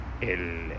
el